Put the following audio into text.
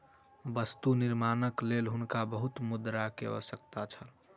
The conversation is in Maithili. वस्तु निर्माणक लेल हुनका बहुत मुद्रा के आवश्यकता छल